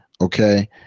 Okay